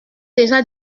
déjà